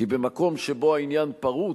כי במקום שבו העניין פרוץ,